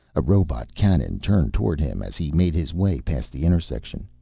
a robot cannon turned toward him as he made his way past the intersection.